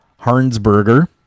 Harnsberger